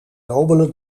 nobele